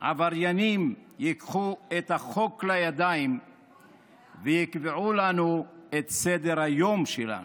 עבריינים ייקחו את החוק לידיים ויקבעו לנו את סדר-היום שלנו?